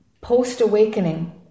post-awakening